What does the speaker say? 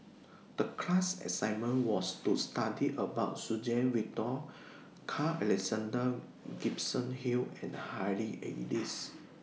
The class assignment was to study about Suzann Victor Carl Alexander Gibson Hill and Harry Elias